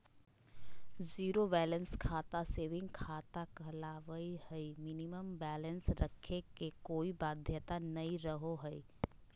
zero balance खाता saving खाता कहलावय हय मिनिमम बैलेंस रखे के कोय बाध्यता नय रहो हय